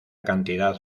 cantidad